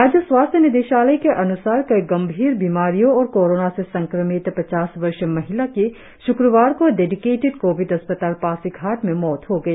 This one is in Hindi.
राज्य स्वास्थ्य निदेशालय के अन्सार कई गंभीर बीमारियों और कोरोना से संक्रमित पचास वर्षीय महिला की शुक्रवार को डेडिकेटेड कोविड अस्पताल पासीघाट में मौत हो गई